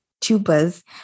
tubers